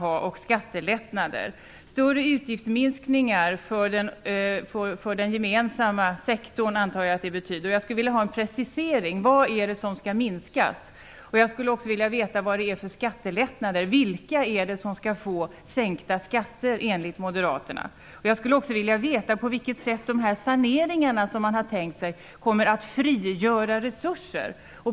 Jag antar att det betyder större utgiftsminskningar för den gemensamma sektorn, men jag skulle vilja ha en precisering. Vad är det som skall minskas? Jag skulle också vilja veta vad det är för skattelättnader Lars Tobisson talar om. Vilka är det som skall få sänkta skatter enligt moderaterna? Jag skulle också vilja veta på vilket sätt de saneringar man har tänkt sig kommer att frigöra resurser.